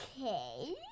Okay